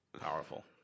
Powerful